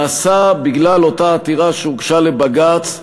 הוא בגלל אותה עתירה שהוגשה לבג"ץ,